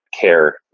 care